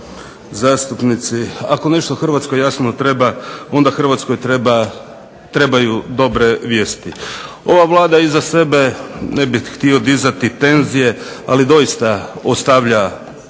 gospodo zastupnici. Ako nešto Hrvatskoj jasno treba onda Hrvatskoj trebaju dobre vijesti. Ova Vlada iza sebe, ne bih htio dizati tenzije, ali doista ostavlja